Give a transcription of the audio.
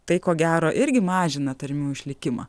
tai ko gero irgi mažina tarmių išlikimą